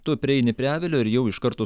tu prieini prie avilio ir jau iš karto